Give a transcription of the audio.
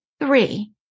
Three